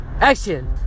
action